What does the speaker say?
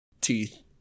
teeth